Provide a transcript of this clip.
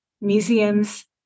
museums